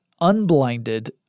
unblinded